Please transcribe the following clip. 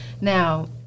Now